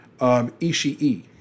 Ishii